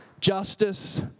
justice